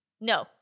No